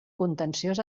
contenciós